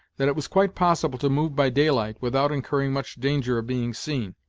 that it was quite possible to move by daylight without incurring much danger of being seen.